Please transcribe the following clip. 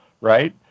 right